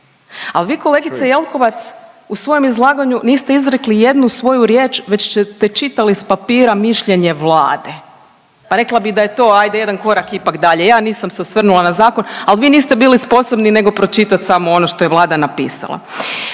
A vi kolegice Jelkovac u svojem izlaganju niste izrekli ijednu svoju riječ već ste čitali s papira mišljenje Vlade. Pa rekla bi da je to ajde jedan korak ipak dalje. Ja nisam se osvrnula na zakon, al vi niste bili sposobni nego pročitat samo ono što je Vlada napisala.